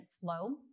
flow